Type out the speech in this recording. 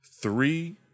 Three